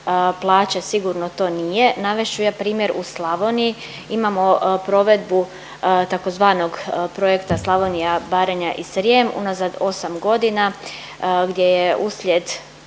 plaće sigurno to nije. Navest ću primjer u Slavoniji, imamo provedbu tzv. projekta Slavonija, Baranja i Srijem unazad osam godina gdje je uslijed